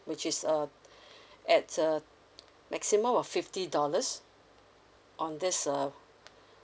which is err at err maximum of fifty dollars on this uh